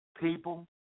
people